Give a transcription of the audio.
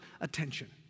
attention